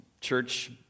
church